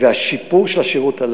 והיה שיפור של השירות.